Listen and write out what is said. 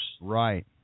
Right